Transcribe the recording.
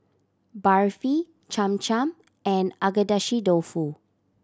Barfi Cham Cham and Agedashi Dofu